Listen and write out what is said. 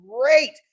great